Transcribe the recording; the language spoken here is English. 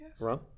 Run